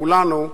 כולנו,